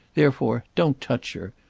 therefore don't touch her.